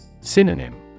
Synonym